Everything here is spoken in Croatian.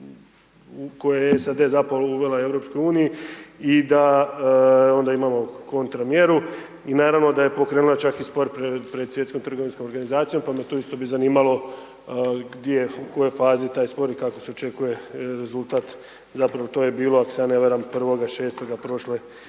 koje je SAD zapravo uvela EU-u i da onda imamo kontra mjeru i naravno da je pokrenula čak i spor pred Svjetskom trgovinskom organizacijom pa me tu isto bi zanimalo u kojoj fazi je taj spor i kako se očekuje rezultat, zapravo to je bilo ako se ja ne varam 1.6. prošle